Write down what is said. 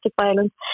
violence